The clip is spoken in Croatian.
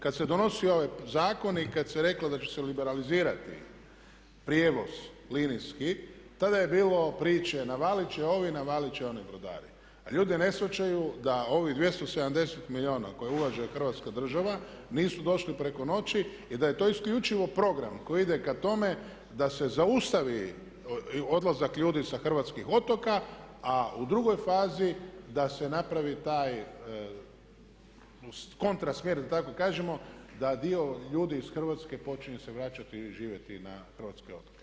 Kad se donosio ovaj zakon i kad se reklo da će liberalizirati prijevoz linijski tada je bilo priče, navalit će ovi, navalit će oni brodari a ljudi ne shvaćaju da ovih 270 milijuna koje ulaže Hrvatska država nisu došli preko noći i da je to isključivo program koji ide ka tome da se zaustavi odlazak ljudi sa hrvatskih otoka a u drugoj fazi da se napravi taj kontra smjer da tako kažemo da dio ljudi iz Hrvatske počinju se vraćati i živjeti na hrvatske otoke.